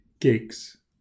gigs